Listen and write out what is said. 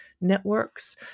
networks